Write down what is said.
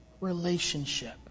relationship